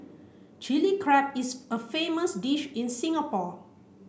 Chilli Crab is a famous dish in Singapore